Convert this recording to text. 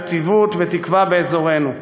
יציבות ותקווה באזורנו.